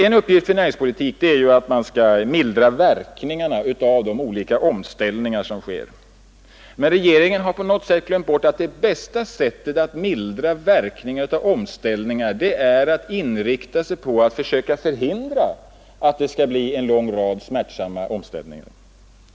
En uppgift för näringspolitiken är att mildra verkningarna av de olika omställningar som sker, men regeringen har på något sätt glömt bort att det bästa sättet att mildra verkningarna är att inrikta sig på att söka förhindra en lång rad smärtsamma omställningar.